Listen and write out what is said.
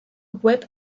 web